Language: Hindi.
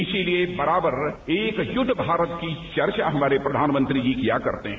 इसलिए बराबर एकजुट भारत की चर्चा हमारे प्रधानमंत्री जी करते हैं